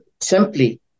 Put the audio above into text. Simply